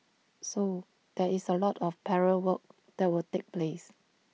so there is A lot of parallel work that will take place